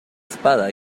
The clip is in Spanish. espada